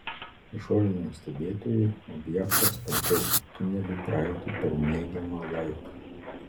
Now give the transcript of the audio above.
išoriniam stebėtojui objektas per tokį tunelį praeitų per neigiamą laiką